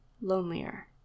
lonelier